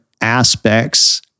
aspects